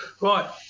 Right